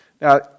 Now